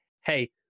Hey